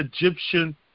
Egyptian